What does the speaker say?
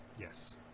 yes